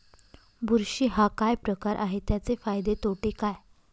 बुरशी हा काय प्रकार आहे, त्याचे फायदे तोटे काय?